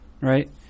right